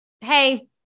Hey